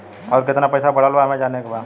और कितना पैसा बढ़ल बा हमे जाने के बा?